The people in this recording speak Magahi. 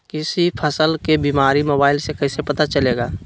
किसी फसल के बीमारी मोबाइल से कैसे पता चलेगा?